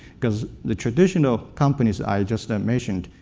because the traditional companies i just ah mentioned,